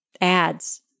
ads